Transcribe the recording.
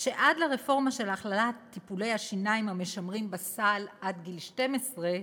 שעד לרפורמה של הכללת טיפולי השיניים המשמרים בסל עד גיל 12,